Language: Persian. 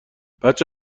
بچه